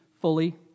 fully